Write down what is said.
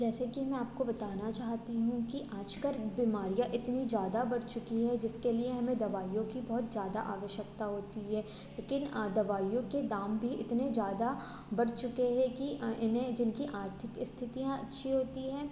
जैसे कि मैं आपको बताना चाहती हूँ कि आज कल बीमारियाँ इतनी ज़्यादा बढ़ चुकी हैं जिसके लिए हमें दवाइयों की बहुत ज़्यादा आवश्यकता होती है लेकिन दवाइयों के दाम भी इतने ज़्यादा बढ़ चुके हैं कि इन्हें जिनकी आर्थिक स्थितियाँ अच्छी होती हैं